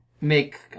make